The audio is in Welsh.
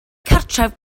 cartref